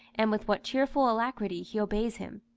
and with what cheerful alacrity he obeys him!